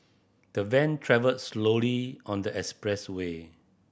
the van travelled slowly on the expressway